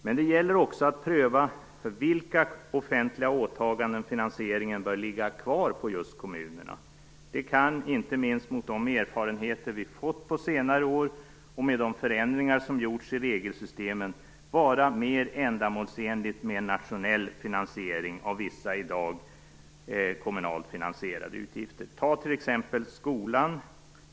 Men det gäller också att pröva för vilka offentliga åtaganden finansieringen bör ligga kvar på just kommunerna. Det kan, inte minst mot de erfarenheter vi fått på senare år och med de förändringar som gjorts i regelsystemen, vara mer ändamålsenligt med en nationell finansiering av vissa i dag kommunalt finansierade uppgifter. Ta t.ex. skolan.